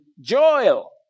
Joel